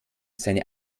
seine